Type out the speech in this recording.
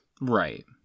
Right